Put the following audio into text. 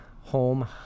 home